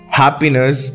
happiness